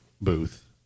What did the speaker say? booth